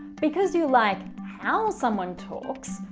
because you like how someone talks,